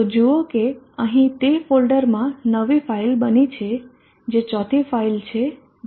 તો જુઓ કે અહીં તે ફોલ્ડર માં નવી ફાઈલ બની છે જે ચોથી ફાઇલ છે જે pv